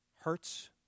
hurts